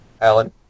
Alan